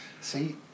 See